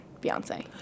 Beyonce